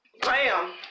Bam